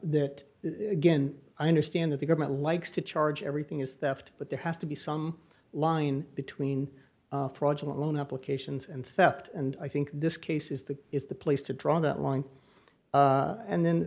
that again i understand that the government likes to charge everything is that but there has to be some line between fraudulent loan applications and theft and i think this case is that is the place to draw that line and